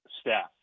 staff